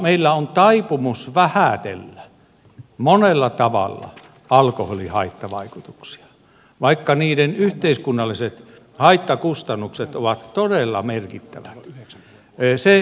meillä on taipumus vähätellä monella tavalla alkoholin haittavaikutuksia vaikka niiden yhteiskunnalliset haittakustannukset ovat todella merkittävät